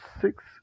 six